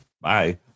Bye